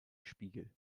spiegel